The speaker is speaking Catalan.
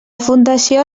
fundació